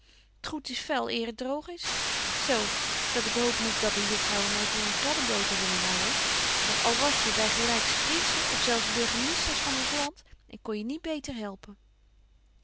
goed is vuil eer het droog is zo dat ik hoop niet dat de juffrouwen my voor een kladdeboter zullen houwen want al was je by gelyks prinsen of zelfs burgemiesters van ons land ik kon je niet beter helpen